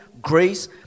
grace